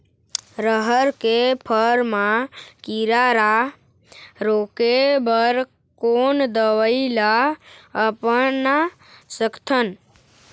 रहर के फर मा किरा रा रोके बर कोन दवई ला अपना सकथन?